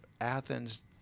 Athens